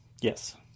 yes